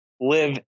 live